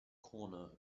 corner